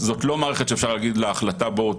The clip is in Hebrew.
זאת לא מערכת שאפשר להגיד עליה בהחלטה: בואו,